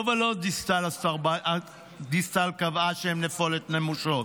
לא ולא, דיסטל קבעה שהם נפולת נמושות,